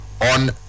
on